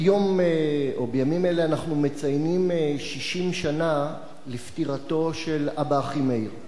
בימים אלה אנחנו מציינים 50 שנה לפטירתו של אב"א אחימאיר,